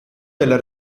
della